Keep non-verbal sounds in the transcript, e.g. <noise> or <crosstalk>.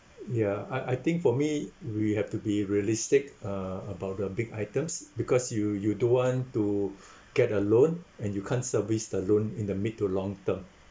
ya I I think for me we have to be realistic uh about the big items because you you don't want to <breath> get a loan and you can't service the loan in the mid to long-term